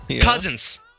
Cousins